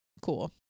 cool